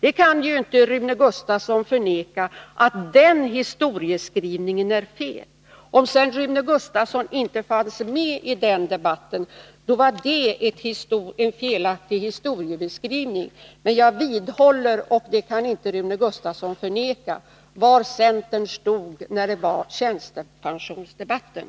Rune Gustavsson kan inte förneka att min historiebeskrivning på den punkten är riktig. Om Rune Gustavsson inte fanns med i den debatten, så var det en felaktig historiebeskrivning av mig. Men jag vidhåller min uppfattning om var centern stod i tjänstepensionsdebatten.